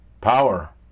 Power